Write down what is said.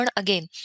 again